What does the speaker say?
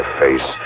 face